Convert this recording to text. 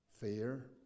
fear